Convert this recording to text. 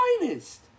finest